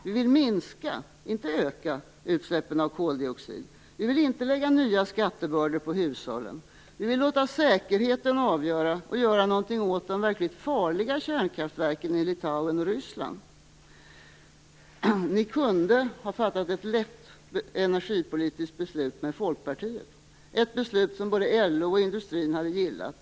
Vi vill minska, inte öka, utsläppen av koldioxid. Vi vill inte lägga nya skattebördor på hushållen. Vi vill låta säkerheten avgöra, och göra någonting åt de verkligt farliga kärnkraftverken i Litauen och Ryssland. Socialdemokraterna kunde ha fattat ett lätt energipolitiskt beslut med Folkpartiet. Det skulle ha varit ett beslut som både LO och industrin skulle ha gillat.